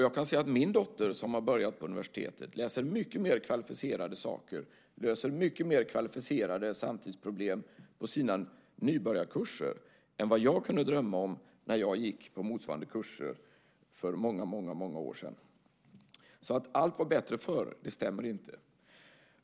Jag kan se att min dotter, som har börjat på universitetet, läser mycket mer kvalificerade saker och löser mycket mer kvalificerade samtidsproblem på sina nybörjarkurser än vad jag kunde drömma om när jag gick på motsvarande kurser för många, många år sedan. Att allt var bättre förr stämmer alltså inte.